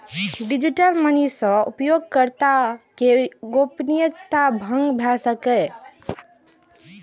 digital money सं उपयोगकर्ता के गोपनीयता भंग भए सकैए